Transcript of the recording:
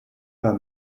pas